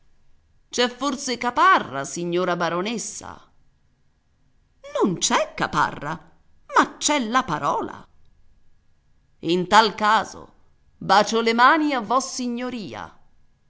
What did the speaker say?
c'è forse caparra signora baronessa non c'è caparra ma c'è la parola in tal caso bacio le mani a vossignoria